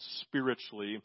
spiritually